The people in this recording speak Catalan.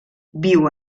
viu